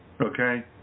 Okay